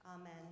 Amen